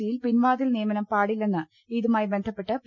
C യിൽ പിൻവാതിൽ നിയമനം പാടില്ലെന്ന് ഇതുമായി ബന്ധപ്പെട്ട് പി